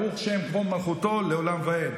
"ברוך שם כבוד מלכותו לעולם ועד"